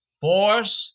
Force